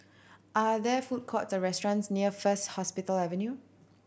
are there food courts or restaurants near First Hospital Avenue